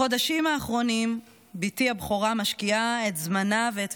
בחודשים האחרונים בתי הבכורה משקיעה את זמנה ואת